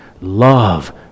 Love